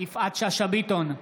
יפעת שאשא ביטון,